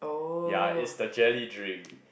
ya is the jelly drink